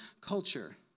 culture